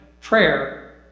prayer